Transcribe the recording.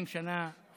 20 שנה,